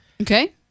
Okay